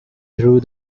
through